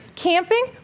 Camping